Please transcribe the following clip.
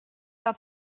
pas